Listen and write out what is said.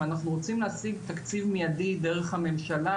אם אנחנו רוצים להשיג תקציב מידי דרך הממשלה,